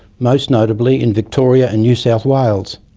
most notably in victoria and new south wales,